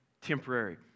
temporary